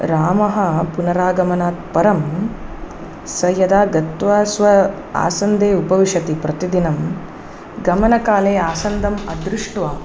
रामः पुनरागमनात् परं सः यदा गत्वा स्व आसन्दे उपविशति प्रतिदिनं गमनकाले आसन्दम् अदृष्ट्वा